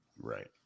Right